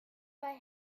bei